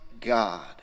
God